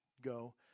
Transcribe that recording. go